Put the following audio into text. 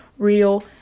Real